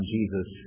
Jesus